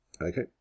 Okay